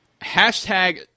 Hashtag